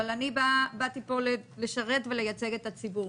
אני באתי לפה לשרת ולייצג את הציבור.